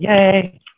yay